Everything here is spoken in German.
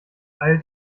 eilt